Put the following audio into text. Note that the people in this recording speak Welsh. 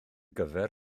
gyfer